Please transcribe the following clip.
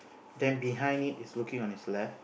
then behind it it's looking on its left